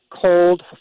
cold